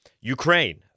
Ukraine